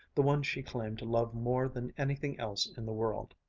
the one she claimed to love more than anything else in the world.